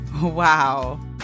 Wow